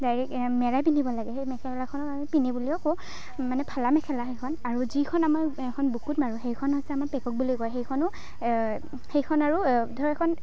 direct মেৰাই পিন্ধিব লাগে সেই মেখেলাখনক আমি পিনি বুলিও কওঁ মানে ফালা মেখেলা সেইখন আৰু যিখন আমাৰ এইখন বুকুত মাৰোঁ সেইখন হৈছে আমাৰ পেকক বুলিও কয় সেইখনো সেইখন আৰু ধৰ এখন